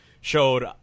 showed